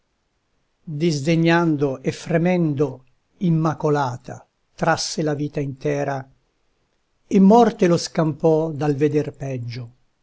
disdegnando e fremendo immacolata trasse la vita intera e morte lo scampò dal veder peggio